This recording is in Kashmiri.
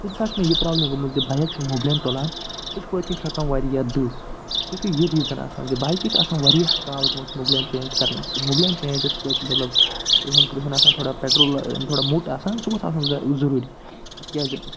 کُنہِ ساتہٕ چھِ مےٚ یہِ پرٛابلِم گٔمٕژ زِ بایک چھِ مُبلیل تُلان سۄ چھِ پٔتۍ کِنۍ چھَکان واریاہ دٕہ سُہ چھُ یہِ ریٖزَن آسان زِ بایکہِ چھُ آسان واریاہ کال گوٚمُت مُبلیل چینٛج کَرنَسٕے مُبلیل چینٛج یُس ہسا چھُ مطلب کرٛیٛہُن کرٛیٛہُن آسان تھوڑا پیٚٹرول ٲں تھوڑا موٚٹ آسان سُہ گوٚژھ آسُن زٲیُل ضروٗری تِکیٛازِ